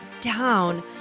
down